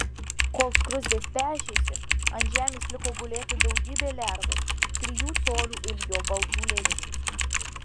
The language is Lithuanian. kol skruzdės pešėsi ant žemės liko gulėti daugybė lervų trijų colių ilgio baltų lėliukių